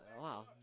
wow